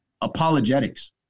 apologetics